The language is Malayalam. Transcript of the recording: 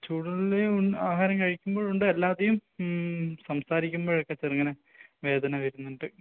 ചൂടുള്ളതും ആഹാരം കഴിക്കുമ്പോഴുണ്ട് അല്ലാതെയും സംസാരിക്കുമ്പോഴൊക്കെ ചെറുങ്ങനെ വേദന വരുന്നുണ്ട്